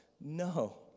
No